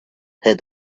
had